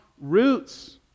roots